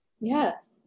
Yes